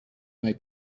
may